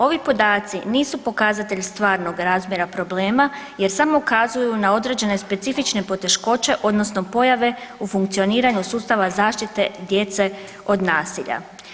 Ovi podaci nisu pokazatelj stvarnog razmjera problema, jer samo ukazuju na određene specifične poteškoće, odnosno pojave u funkcioniranju sustava zaštite djece od nasilja.